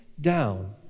down